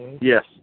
Yes